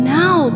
now